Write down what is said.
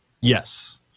Yes